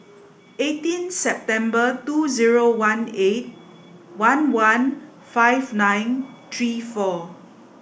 eighteen September two zero one eight one one five nine three four